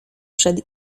przed